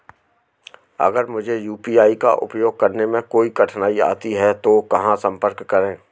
अगर मुझे यू.पी.आई का उपयोग करने में कोई कठिनाई आती है तो कहां संपर्क करें?